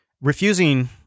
refusing